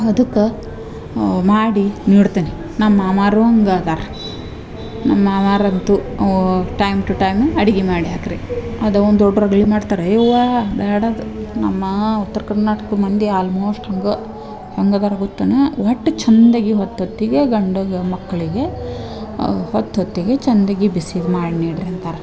ಅದಕ್ಕ ಮಾಡಿ ನೀಡ್ತೆನೆ ನಮ್ಮ ಮಾಮಾರು ಹಂಗೆ ಅದಾರ ನಮ್ಮ ಮಾವಾರಂತು ಟೈಮ್ ಟು ಟೈಮ್ ಅಡಿಗಿ ಮಾಡಿ ಹಾಕ್ರಿ ಅದು ಒಂದು ದೊಡ್ಡ ರಗ್ಳಿ ಮಾಡ್ತಾರಿ ಯವ್ವಾ ಬ್ಯಾಡದು ನಮ್ಮ ಉತ್ತರ ಕರ್ನಾಟಕದ ಮಂದಿ ಆಲ್ಮೋಸ್ಟ್ ಹಂಗೆ ಹೆಂಗೆ ಅದಾರ ಗೊತ್ತನೂ ಒಟ್ಟು ಚಂದಗಿ ಹೊತ್ತೊತ್ತಿಗೆ ಗಂಡಗ ಮಕ್ಕಳಿಗೆ ಹೊತ್ತು ಹೊತ್ತಿಗೆ ಚಂದಗಿ ಬಿಸಿ ಮಾಡಿ ನೀಡ್ರಿ ಅಂತಾರೆ